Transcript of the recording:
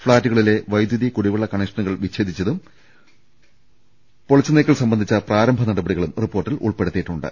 ഫ്ളാറ്റുകളി ലെ വൈദ്യുതി കുടിവെള്ള കണക്ഷനുകൾ വിച്ചേദിച്ചതും പൊളിച്ചുനീക്കൽ സംബന്ധിച്ച പ്രാരംഭ നടപടികളും റിപ്പോർട്ടിൽ ഉൾപ്പെടുത്തിയിട്ടുണ്ട്